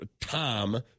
Tom